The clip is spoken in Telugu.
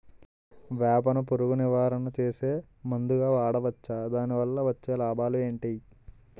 వేప ను పురుగు నివారణ చేసే మందుగా వాడవచ్చా? దాని వల్ల వచ్చే లాభాలు ఏంటి?